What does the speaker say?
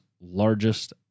largest